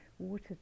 water